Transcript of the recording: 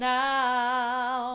now